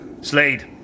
Slade